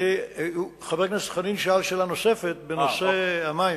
חבר הכנסת חנין שאל שאלה נוספת בנושא המים.